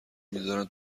میزارن